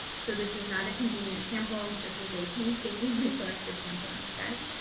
so this is not a convenient sample. this is a painstakingly collected sample instead